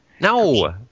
No